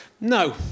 No